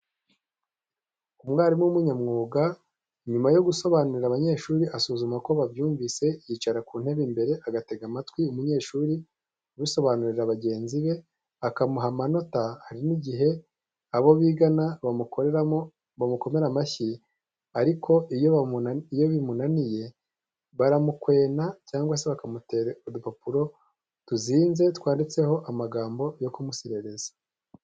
Umwarimu w'umunyamwuga, nyuma yo gusobanurira abanyeshuri asuzuma ko babyumvise, yicara ku ntebe imbere agatega amatwi umunyeshuri ubisobanurira bagenzi be, akamuha amanota, hari n'igihe abo bigana bamukomera amashyi, ariko iyo bimunaniye baramukwena cyangwa bakamutera udupapuro tuzinze twanditseho amagambo yo kumuserereza.